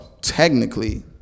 technically